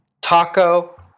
taco